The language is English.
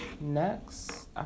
next